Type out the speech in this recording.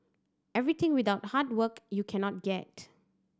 everything without hard work you cannot get